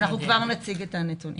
אנחנו כבר נציג את הנתונים.